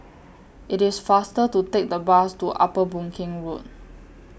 IT IS faster to Take The Bus to Upper Boon Keng Road